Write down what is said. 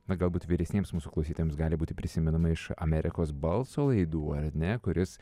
na galbūt vyresniems mūsų klausytojams gali būti prisimenama iš amerikos balso laidų ar ne kuris